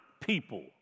people